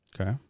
Okay